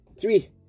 three